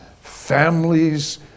families